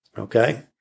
Okay